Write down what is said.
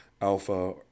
alpha